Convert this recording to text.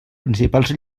principals